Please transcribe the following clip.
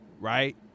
right